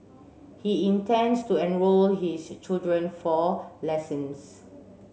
he intends to enrol his children for lessons